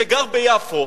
שגר ביפו,